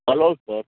hello sir